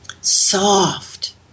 Soft